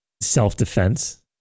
self-defense